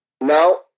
Now